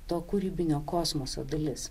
to kūrybinio kosmoso dalis